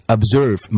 Observe